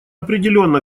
определенно